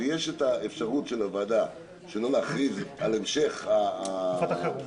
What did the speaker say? שיש אפשרות של הוועדה שלא להכריז על המשך תקופת החירום,